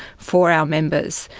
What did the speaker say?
for our members.